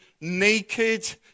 naked